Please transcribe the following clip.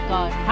God